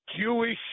Jewish